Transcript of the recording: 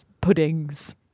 puddings